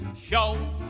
Show